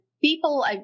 people